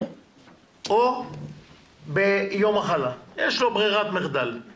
היו פה שאלות לגבי שישי ושבת.